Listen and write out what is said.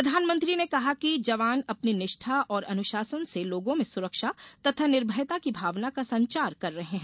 प्रधानमंत्री ने कहा कि जवान अपनी निष्ठा और अनुशासन से लोगों में सुरक्षा तथा निर्भयता की भावना का संचार कर रहे हैं